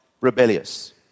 rebellious